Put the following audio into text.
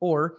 or